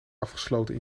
afgesloten